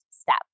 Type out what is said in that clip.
step